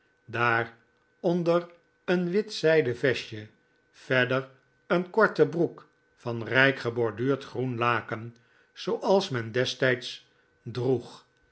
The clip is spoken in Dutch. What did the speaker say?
hadden daaronder een wit zijden vestje verder een korte broek van rijk geborduurd groen laken zooals men destijds droeg